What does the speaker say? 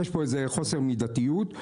יש פה חוסר מידתיות.